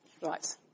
Right